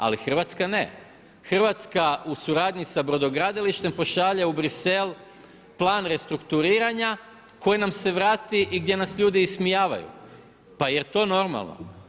Ali, Hrvatska ne, Hrvatska u suradnji sa brodogradilištem pošalje u Bruxelles plan restrukturiranja, koji nam se vrati i gdje nas ljudi ismijavaju, pa jel to normalno?